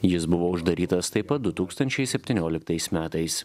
jis buvo uždarytas taip pat du tūkstančiai septynioliktais metais